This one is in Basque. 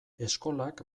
eskolak